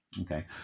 okay